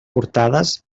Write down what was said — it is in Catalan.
portades